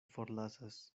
forlasas